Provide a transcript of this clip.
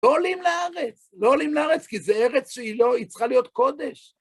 לא עולים לארץ, לא עולים לארץ כי זה ארץ שהיא לא, היא צריכה להיות קודש.